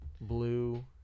blue